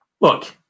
Look